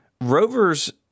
Rovers